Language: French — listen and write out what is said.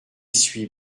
suis